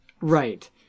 Right